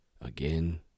Again